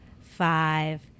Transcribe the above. five